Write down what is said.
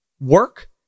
work